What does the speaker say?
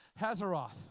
Hazaroth